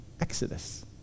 Exodus